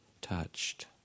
touched